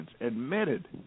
admitted